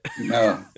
No